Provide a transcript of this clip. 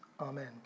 Amen